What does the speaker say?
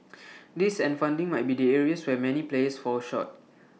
this and funding might be the areas where many players fall short